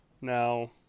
Now